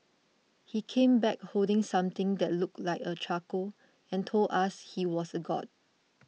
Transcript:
he came back holding something that looked like a charcoal and told us he was a god